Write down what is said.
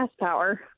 power